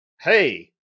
hey